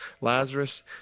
Lazarus